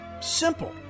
Simple